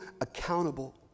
accountable